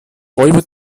räuber